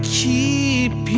keep